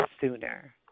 sooner